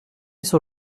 sur